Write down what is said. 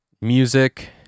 music